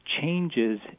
changes